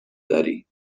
داری